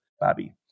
Bobby